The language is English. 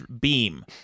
beam